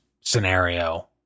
scenario